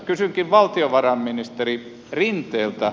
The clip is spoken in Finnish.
kysynkin valtiovarainministeri rinteeltä